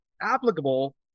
applicable